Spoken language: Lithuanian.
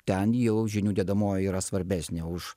ten jau žinių dedamoji yra svarbesnė už